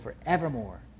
forevermore